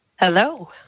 Hello